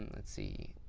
let's see.